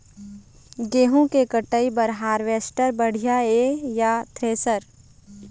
गेहूं के कटाई बर हारवेस्टर बढ़िया ये या थ्रेसर?